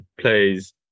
plays